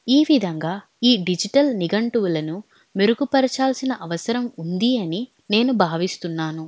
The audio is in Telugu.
ఈ విధంగా ఈ డిజిటల్ నిఘంటువులను మెరుగుపరచాల్సిన అవసరం ఉంది అని నేను భావిస్తున్నాను